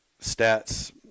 stats